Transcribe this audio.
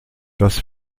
das